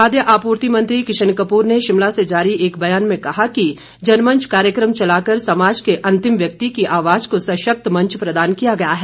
खाद्य आपूर्ति मंत्री किशन कपूर ने शिमला से जारी एक ब्यान में कहा कि जनमंच कार्यक्रम चलाकर समाज के अंतिम व्यक्ति की आवाज को सशक्त मंच प्रदान किया गया है